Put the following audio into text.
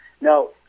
No